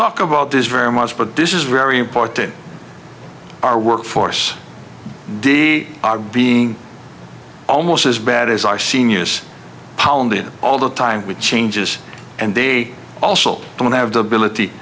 talk about this very much but this is very important our workforce did we are being almost as bad as our seniors palm did all the time with changes and they also don't have the ability